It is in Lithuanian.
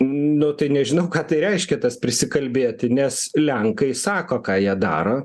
nu tai nežinau ką tai reiškia tas prisikalbėti nes lenkai sako ką jie daro